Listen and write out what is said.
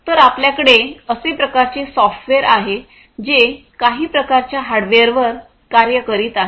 तर आपल्याकडे असे प्रकारचे सॉफ्टवेअर आहे जे काही प्रकारच्या हार्डवेअरवर कार्य करीत आहे